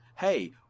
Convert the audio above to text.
hey